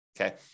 Okay